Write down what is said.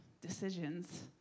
decisions